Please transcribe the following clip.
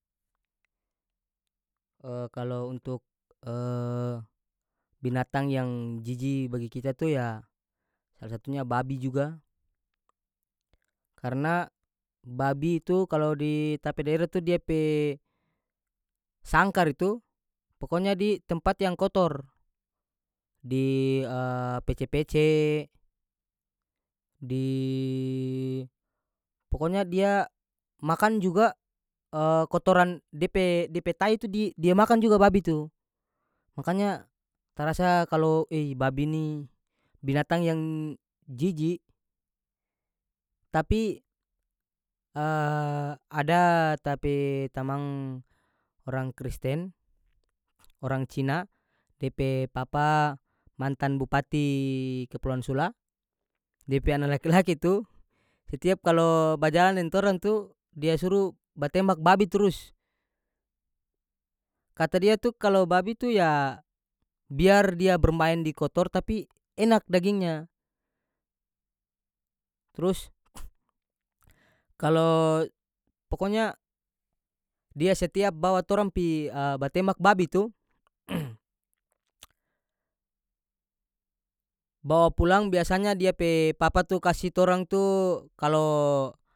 kalo untuk binatang yang jiji bagi kita itu ya salah satunya babi juga karena babi itu kalo di ta pe daerah tu dia pe sangkar itu pokonya di tempat yang kotor di pece-pece di pokonya dia makan juga kotoran dia pe dia pe tai tu di- dia makan juga babi tu makanya ta rasa kalo ei babi ini binatang yang jiji tapi ada ta pe tamang orang kristen orang cina de pe papa mantan bupati kepulauan sula dia pe ana laki-laki tu setiap kalo bajalang deng torang tu dia suru batembak babi trus kata dia tu kalo babi tu ya biar dia bermain di kotor tapi enak dagingnya trus kalo pokonya dia setiap bawa torang pi batembak babi tu bawa pulang biasanya dia pe papa tu kasi torang tu kalo.